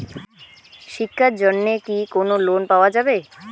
শিক্ষার জন্যে কি কোনো লোন পাওয়া যাবে?